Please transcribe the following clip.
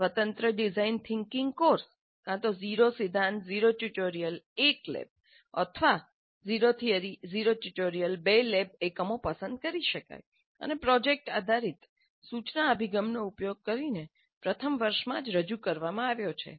સ્વતંત્ર design thinking course કાં તો 0 સિદ્ધાંત 0 ટ્યુટોરિયલ 1 લેબ અથવા 0 થિયરી 0 ટ્યુટોરિયલ 2 લેબ એકમો પસંદ કરી શકાય છે અને પ્રોજેક્ટ આધારિત સૂચના અભિગમનો ઉપયોગ કરીને પ્રથમ વર્ષમાં જ રજૂ કરવામાં આવ્યો છે